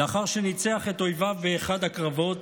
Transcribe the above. לאחר שניצח את אויביו באחד הקרבות,